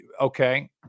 okay